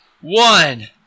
one